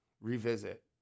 revisit